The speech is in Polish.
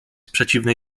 przeciwnej